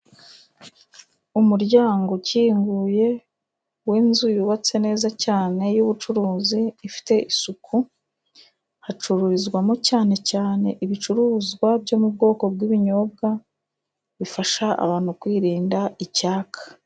Umuryango ukinguye w'inzu yubatse neza cyane, y'ubucuruzi ifite isuku, hacururizwamo cyane cyane ibicuruzwa byo mu bwoko bw'ibinyobwa, bifasha abantu kwirinda icyaka.